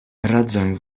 radzę